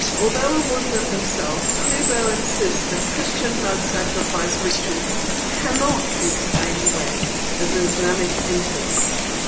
although a muslim himself, qleibo insists that christian blood sacrifice rituals cannot be explained away as an islamic influence.